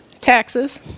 Taxes